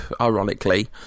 ironically